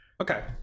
okay